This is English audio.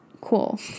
cool